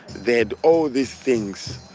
they had all these things.